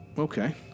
Okay